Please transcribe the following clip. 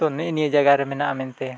ᱛᱚ ᱱᱮᱜ ᱮ ᱱᱤᱭᱟᱹ ᱡᱟᱭᱜᱟᱨᱮ ᱢᱮᱱᱟᱜᱼᱟ ᱢᱮᱱᱛᱮ